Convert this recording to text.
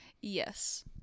Yes